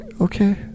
Okay